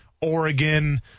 Oregon